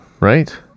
right